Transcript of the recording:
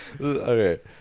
Okay